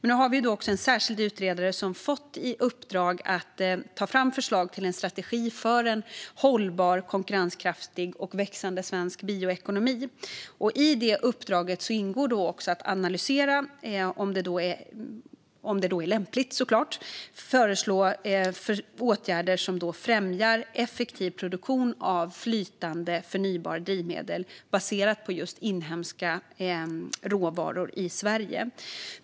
Nu har vi också en särskild utredare som har fått i uppdrag att ta fram förslag till en strategi för en hållbar, konkurrenskraftig och växande svensk bioekonomi. I det uppdraget ingår även att analysera och - om det är lämpligt, såklart - föreslå åtgärder som främjar effektiv produktion av flytande förnybart drivmedel baserat på just inhemska råvaror i Sverige.